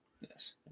Yes